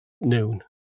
noon